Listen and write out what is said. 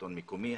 שלטון מקומי,